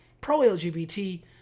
pro-LGBT